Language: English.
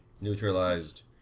Neutralized